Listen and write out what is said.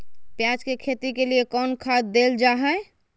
प्याज के खेती के लिए कौन खाद देल जा हाय?